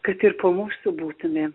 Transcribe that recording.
kad ir po mūsų būtume